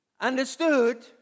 understood